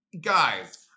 guys